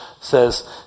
says